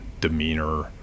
demeanor